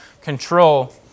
control